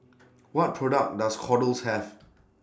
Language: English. What products Does Kordel's Have